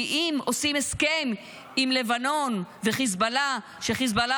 כי אם עושים הסכם עם לבנון וחיזבאללה כשחיזבאללה